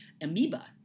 amoeba